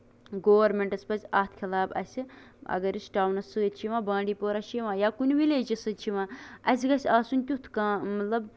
گورمینٛٹَس پَزِ اَتھ خٕلاف اَسہِ اَگر أسۍ ٹاونَس سۭتۍ چھِ یِوان بانٛڈی پورا چھِ یِوان یا کُنہِ وِلیجس سۭتۍ چھِ یِوان اَسہِ گژھِ آسُن تیُتھ کانٛہہ مطلب